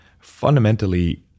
fundamentally